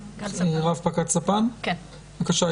בבקשה.